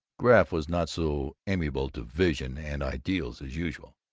graff was not so amenable to vision and ideals as usual.